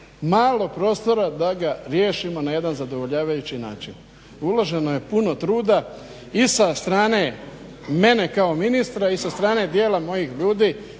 malo prostora da ga riješimo na jedan zadovoljavajući način. Uloženo je puno truda i sa strane mene kao ministra i sa strane dijela mojih ljudi